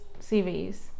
CVs